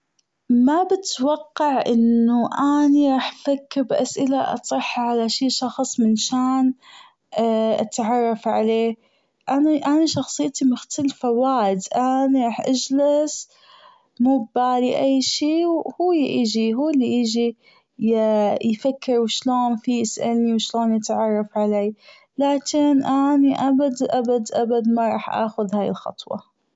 مابتوقع أنه أني راح فكر بأسئلة أطرحها على شي شخص منشان أتعرف عليه أنا أنى شخصيتي مختلفة وايد أنا راح أجلس مو ببالي أي شي وهو بيجي هو يجي يفكر وشلون فيه يسألني وشلون يتعرف علي لكن أني أبد أبد أبد ما راح أخذ هي الخطوة.